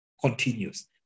continues